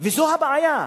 וזו הבעיה.